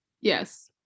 Yes